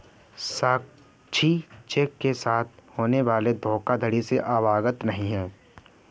साक्षी cheque के साथ होने वाली धोखाधड़ी से अवगत नहीं है